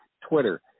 Twitter